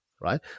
Right